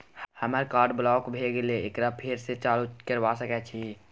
हमर card block भ गेले एकरा फेर स चालू करबा सके छि?